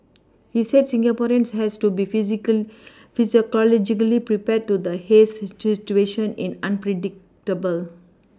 he said Singaporeans had to be physical psychologically prepared to the haze situation is unpredictable